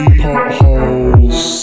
potholes